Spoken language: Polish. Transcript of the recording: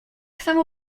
samo